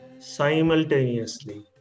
simultaneously